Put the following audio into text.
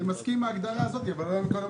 אני מסכים עם ההגדרה הזאת אבל לא עם הפרמטר.